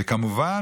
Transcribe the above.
וכמובן,